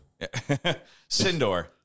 Sindor